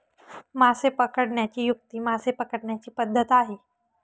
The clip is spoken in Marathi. मासे पकडण्याची युक्ती मासे पकडण्याची पद्धत आहे